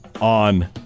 on